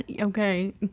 Okay